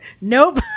Nope